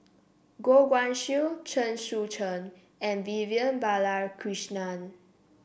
Goh Guan Siew Chen Sucheng and Vivian Balakrishnan